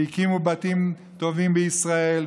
הקימו בתים טובים בישראל,